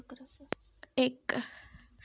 इक